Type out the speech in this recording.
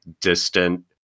distant